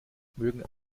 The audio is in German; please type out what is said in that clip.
mögen